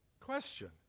Question